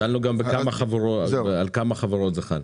שאלנו גם על כמה חברות זה חל?